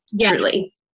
truly